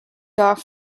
off